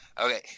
okay